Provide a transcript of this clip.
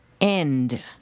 end